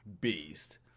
beast